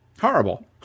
Horrible